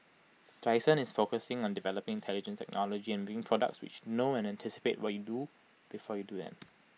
Dyson is focusing on developing intelligent technology and making products which know and anticipate what you do before you doing